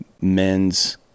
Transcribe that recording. men's